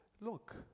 Look